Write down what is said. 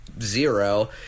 zero